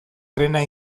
trena